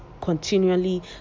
continually